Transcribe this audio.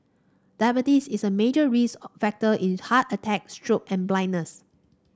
diabetes is a major risk factor in heart attacks stroke and blindness